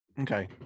Okay